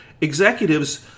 Executives